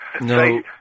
No